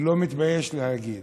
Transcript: ולא מתבייש להגיד,